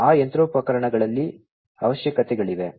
ಆ ಯಂತ್ರೋಪಕರಣಗಳಲ್ಲಿ ಅವಶ್ಯಕತೆಗಳಿವೆ